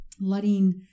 letting